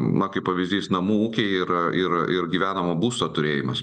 na kaip pavyzdys namų ūkiai yra ir ir ir gyvenamo būsto turėjimas